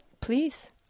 Please